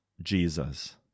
Jesus